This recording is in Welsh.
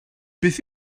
beth